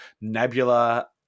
nebula